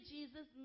Jesus